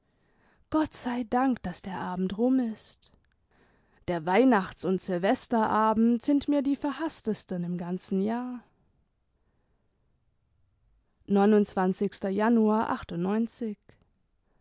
gott sei dank daß der abend rum ist der weihnachts und silvesterabend sind mir die verhaßtesten im ganzen jahr januar